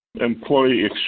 Employee